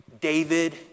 David